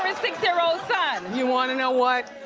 six year old son. you wanna know what,